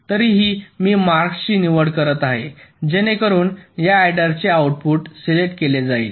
तरीही मी मार्क्सची निवड करत आहे जेणेकरून या अॅडरचे आउटपुट सिलेक्ट केले जाईल